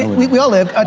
and we we all lived.